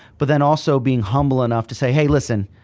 but then also being humble enough to say, hey listen,